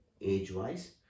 age-wise